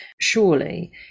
surely